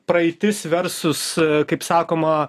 praeitis versus kaip sakoma